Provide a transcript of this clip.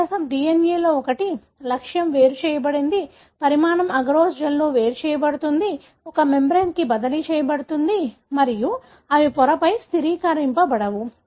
వ్యత్యాసం DNA లో ఒకటి లక్ష్యం వేరు చేయబడింది పరిమాణం అగరోస్ జెల్లో వేరు చేయబడుతుంది ఒక మెమ్బ్రేన్కు బదిలీ చేయబడుతుంది మరియు అవి పొరపై స్థిరీకరించబడవు